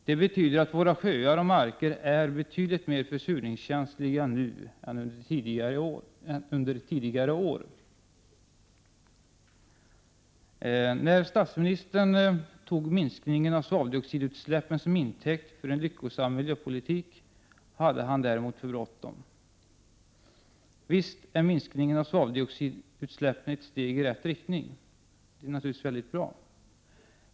Det betyder att våra sjöar och marker är betydligt mer försurningskänsliga nu än under tidigare år. När statsministern tog minskningen av svaveldioxidutsläppen till intäkt för en lyckosam miljöpolitik hade han däremot för bråttom. Visst är minskningen av svaveldioxidutsläppen ett steg i rätt riktning. Det är naturligtvis mycket bra.